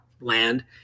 land